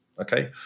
Okay